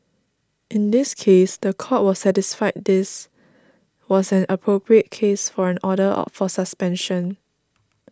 in this case the Court was satisfied this was an appropriate case for an order for suspension